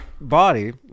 body